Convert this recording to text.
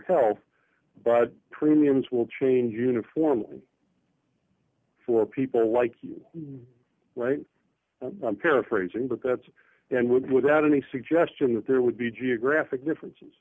health but premiums will change uniformly for people like you right i'm paraphrasing but that's that would be without any suggestion that there would be geographic differences